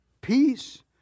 peace